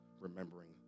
remembering